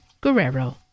guerrero